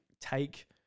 take